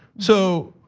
so,